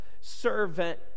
servant